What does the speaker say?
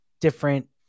different